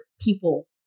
people